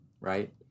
right